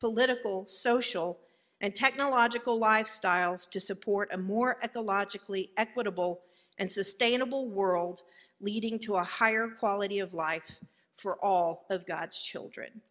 political social and technological lifestyles to support a more at the logically equitable and sustainable world leading to a higher quality of life for all of god's children